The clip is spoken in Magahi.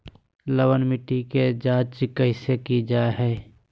लवन मिट्टी की जच कैसे की जय है?